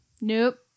Nope